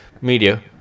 Media